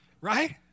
right